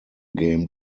game